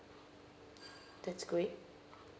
that's great